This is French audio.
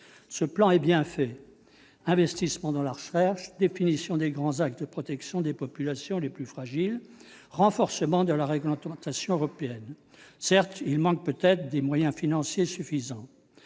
Ce plan est bien fait : investissement dans la recherche, définition des grands axes de protection des populations les plus fragiles, renforcement de la réglementation européenne. Certes, il manque peut-être des moyens financiers suffisants.